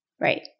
right